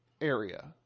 Area